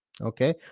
Okay